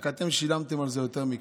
רק שאתם שילמתם על זה יותר מקרוב.